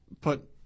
put